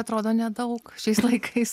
atrodo nedaug šiais laikais